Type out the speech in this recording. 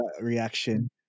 reaction